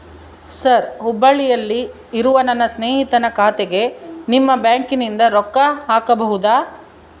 Sir ಹುಬ್ಬಳ್ಳಿಯಲ್ಲಿ ಇರುವ ನನ್ನ ಸ್ನೇಹಿತನ ಖಾತೆಗೆ ನಿಮ್ಮ ಬ್ಯಾಂಕಿನಿಂದ ರೊಕ್ಕ ಹಾಕಬಹುದಾ?